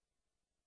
גם בשכבות